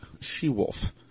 She-Wolf